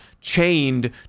chained